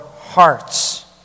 hearts